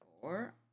four